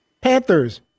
Panthers